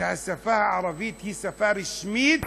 השפה הערבית היא שפה רשמית